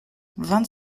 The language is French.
vingt